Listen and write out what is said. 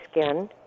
skin